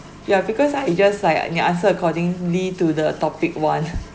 yeah because uh you just like uh you answer accordingly to the topic one